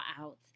out